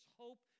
hope